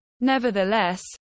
Nevertheless